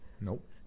Nope